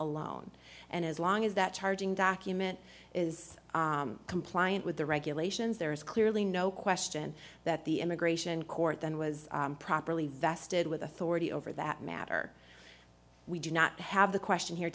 alone and as long as that charging document is compliant with the regulations there is clearly no question that the immigration court then was properly vested with authority over that matter we do not have the question here